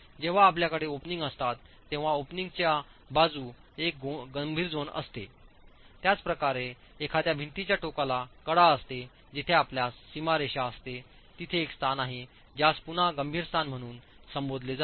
जेव्हा आपल्याकडे ओपनिंग असतात तेव्हा ओपनिंगच्या बाजू एक गंभीर झोन असते त्याचप्रकारे एखाद्या भिंतीच्या टोकाला कडा असते जिथे आपल्यास सीमारेषा असते तिथे एक स्थान आहे ज्यास पुन्हा गंभीर स्थान म्हणून संबोधले जाते